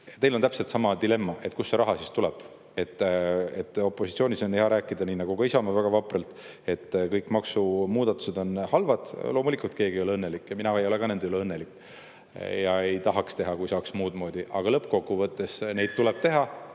oleks, on täpselt sama dilemma, et kust see raha siis tuleb. Opositsioonis on hea rääkida, nii nagu ka Isamaa väga vapralt teeb, et kõik maksumuudatused on halvad. Loomulikult, keegi ei ole [maksumuudatuste üle] õnnelik, mina ei ole ka nende üle õnnelik ja ei tahaks neid teha, kui saaks muud moodi. Aga lõppkokkuvõttes neid tuleb teha,